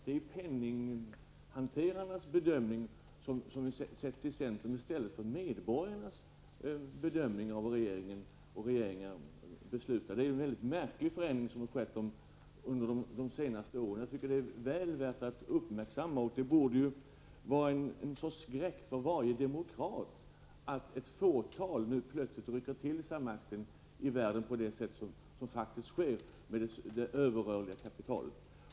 Det är penninghanterarnas bedömning som sätts i centrum i stället för medborgarnas bedömningar av hur regeringar beslutar. Det är en mycket märklig förändring som har skett under de senaste åren. Jag tycker den är väl värd att uppmärksamma. Det borde ju vara en skräck för varje demokrat att ett fåtal nu plötsligt rycker till sig makten på det sätt som faktiskt sker med hjälp av det överrörliga kapitalet!